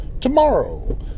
tomorrow